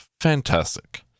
fantastic